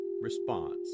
response